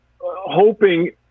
hoping